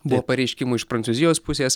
buvo pareiškimų iš prancūzijos pusės